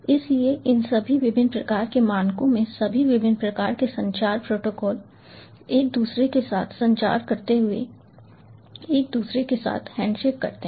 इसलिए इन सभी विभिन्न प्रकार के मानकों में सभी विभिन्न प्रकार के संचार प्रोटोकॉल एक दूसरे के साथ संचार करते हुए एक दूसरे के साथ हैंडशेक करते हैं